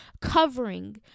covering